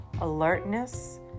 alertness